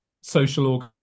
social